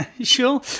Sure